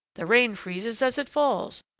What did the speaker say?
the rain freezes as it falls,